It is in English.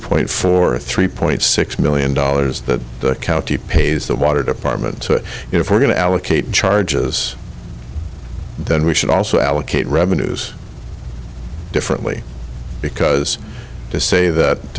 point four three point six million dollars that the county pays the water department so if we're going to allocate charges then we should also allocate revenues differently because to say that